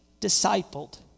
discipled